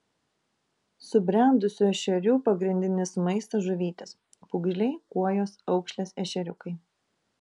subrendusių ešerių pagrindinis maistas žuvytės pūgžliai kuojos aukšlės ešeriukai